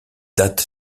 date